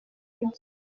byinshi